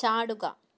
ചാടുക